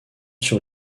sur